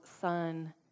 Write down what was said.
son